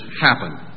happen